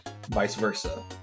Vice-versa